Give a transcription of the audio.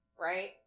right